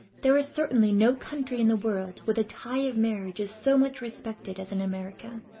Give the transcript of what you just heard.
there is certainly no country in the world where the tie of marriage is so much respected as in america,